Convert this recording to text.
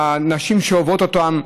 הנשים שעוברות אותן,